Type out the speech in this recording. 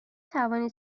توانید